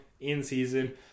in-season